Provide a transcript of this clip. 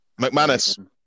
McManus